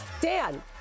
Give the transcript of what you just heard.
Dan